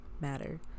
matter